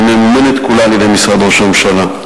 שממומנת כולה על-ידי משרד ראש הממשלה.